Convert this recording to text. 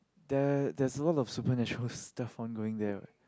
there there is a lot of supernatural stuffs on going there right